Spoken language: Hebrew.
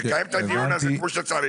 ננהל את הדיון הזה כמו שצריך.